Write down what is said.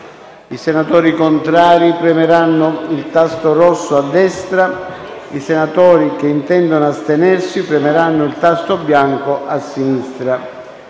i senatori contrari premeranno il tasto rosso a destra; i senatori che intendono astenersi premeranno il tasto bianco a sinistra.